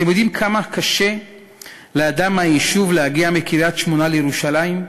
אתם יודעים כמה קשה לאדם מהיישוב להגיע מקריית-שמונה לירושלים?